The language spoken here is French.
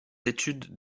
études